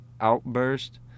outburst